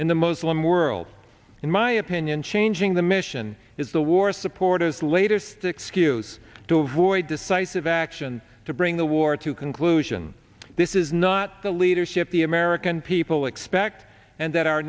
in the muslim world in my opinion changing the mission is the war supporters latest excuse to avoid decisive action to bring the war to conclusion this is not the leadership the american people expect and that our